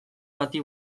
bati